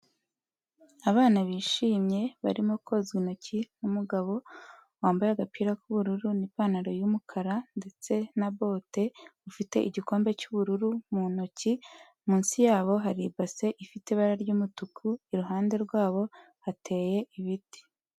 Abana bishimye, barimo kozwa intoki n'umugabo wambaye agapira k'ubururu, n'ipantaro y'umukara, ndetse na bote, ufite igikombe cy'ubururu mu ntoki, munsi yabo hari ibase ifite ibara ry'umutuku, iruhande rwabo hateye ibiti.